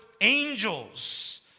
angels